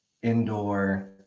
indoor